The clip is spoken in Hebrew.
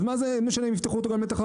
אז מה משנה אם יפתחו אותו גם לתחרות?